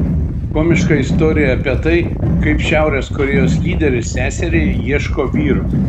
komiška istorija apie tai kaip šiaurės korėjos lyderis seseriai ieško vyro